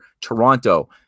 Toronto